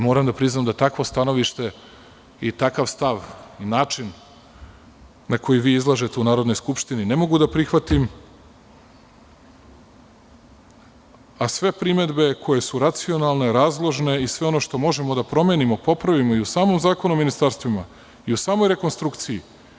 Moram da priznamda takvo stanovište i takav stav, način na koji vi izlažete u Narodnoj skupštini ne mogu da prihvatim, a sve primedbe koje su racionalne, razložne i sve ono što možemo da promenimo, popravimo i u samom Zakonu o ministarstvima i u samoj rekonstrukciji.